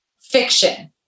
fiction